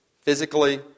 Physically